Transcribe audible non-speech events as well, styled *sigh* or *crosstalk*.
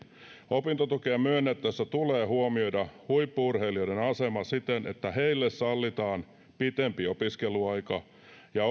opintotukea myönnettäessä tulee huomioida huippu urheilijoiden asema siten että heille sallitaan pitempi opiskeluaika ja *unintelligible*